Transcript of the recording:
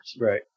Right